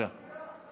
אני מפריע?